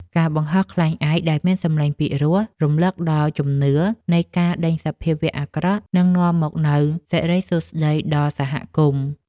ការបង្ហោះខ្លែងឯកដែលមានសំឡេងពីរោះ រំលឹកដល់ជំនឿនៃការដេញសភាវៈអាក្រក់ និងនាំមកនូវសិរីសួស្តីដល់សហគមន៍។